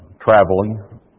traveling